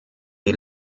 die